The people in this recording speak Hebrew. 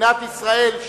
כמדינת ישראל,